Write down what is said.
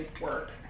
work